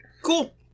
Cool